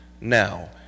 now